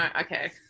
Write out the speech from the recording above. Okay